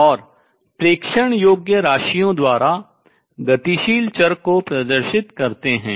और प्रेक्षण योग्य राशियों द्वारा गतिशील चर को प्रदर्शित करते हैं